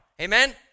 Amen